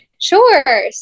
Sure